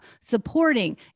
supporting